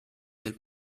del